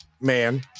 man